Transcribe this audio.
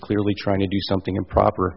clearly trying to do something improper